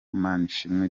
manishimwe